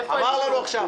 אני אוציא אותך אם צריך.